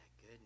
good